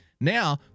Now